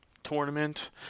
tournament